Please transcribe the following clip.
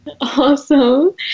awesome